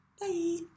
Bye